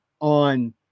On